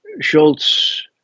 Schultz